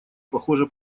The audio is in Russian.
похоже